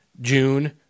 June